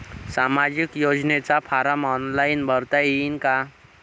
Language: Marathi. सामाजिक योजनेचा फारम ऑनलाईन भरता येईन का?